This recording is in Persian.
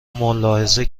ملاحظه